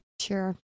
Sure